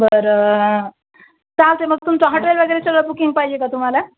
बरं चालते मग तुमचं हॉटेल वगैरे सगळं बुकिंग पाहिजे का तुम्हाला